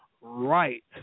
right